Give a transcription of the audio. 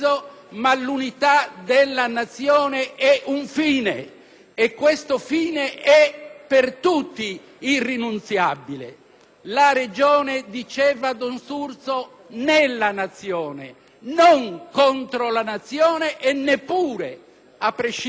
e questo fine è per tutti irrinunziabile. La Regione - diceva don Sturzo - nella Nazione, non contro la Nazione e neppure a prescindere dalla Nazione.